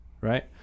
Right